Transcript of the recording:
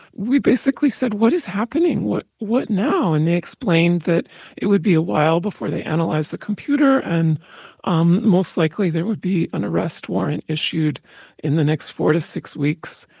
we basically said, what is happening? what now? now? and they explained that it would be a while before they analyze the computer. and um most likely there would be an arrest warrant issued in the next four to six weeks.